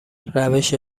روش